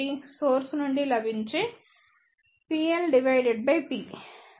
source నుండి లభించే Pl divided by P